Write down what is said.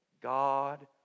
God